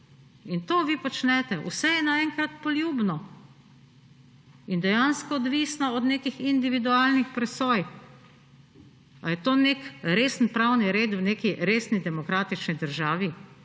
in to vi počnete. Vse je naenkrat poljubno in dejansko odvisno od nekih individualnih presoj. Ali je to nek resen pravni red v neki resni demokratični državi?